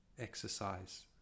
exercise